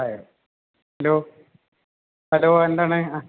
hi hello hello എന്താണ്